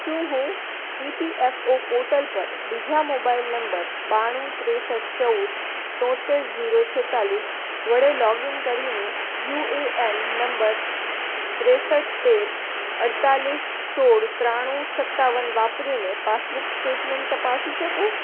શું હું E P F O portal પર બીજા મોબાઈલ નંબર બાણું ત્રેસઠ ચૌદ તોતેર જીરો છેતાલીસ વડે લોગઇન કરીને યુ એ એન નંબર ત્રેસઠ તેર અડતાલીસ સોળ ત્રાણુ સત્તાવન વાપરીને પાસબુક સ્ટેટમેન્ટ તપાસી શકું